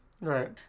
Right